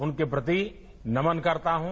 उनके प्रति नमन करता हूं